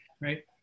right